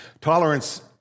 Tolerance